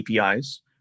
APIs